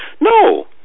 No